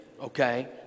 okay